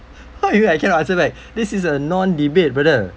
how you know I cannot answer back this is a non-debate brother